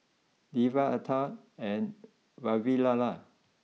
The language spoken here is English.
Devi Atal and Vavilala